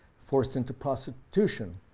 forced into prostitution,